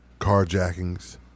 carjackings